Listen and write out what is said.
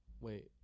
Wait